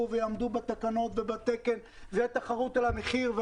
ויעמדו בתקנות ובתקן ותהיה תחרות על המחיר.